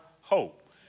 hope